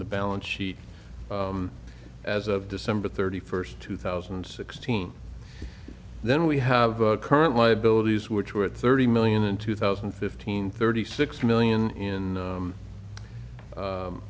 the balance sheet as of december thirty first two thousand and sixteen then we have current liabilities which were at thirty million in two thousand and fifteen thirty six million in